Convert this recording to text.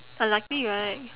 unlikely right